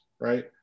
Right